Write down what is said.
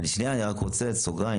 אני רק רוצה שנייה סוגריים,